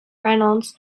reynolds